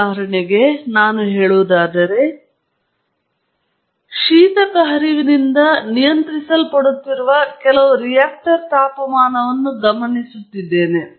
ಉದಾಹರಣೆಯಾಗಿ ನಾವು ಹೇಳುವುದಾದರೆ ನಾನು ಶೀತಕ ಹರಿವಿನಿಂದ ನಿಯಂತ್ರಿಸಲ್ಪಡುತ್ತಿರುವ ಕೆಲವು ರಿಯಾಕ್ಟರ್ ತಾಪಮಾನವನ್ನು ಗಮನಿಸುತ್ತಿದ್ದೇನೆ